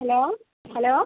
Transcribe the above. hello hello